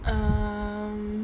um